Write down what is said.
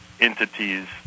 entities